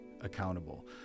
accountable